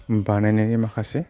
बानायनायनि माखासे